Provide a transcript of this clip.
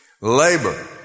Labor